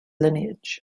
lineage